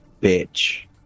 Bitch